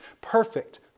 Perfect